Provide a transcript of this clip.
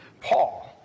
Paul